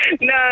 No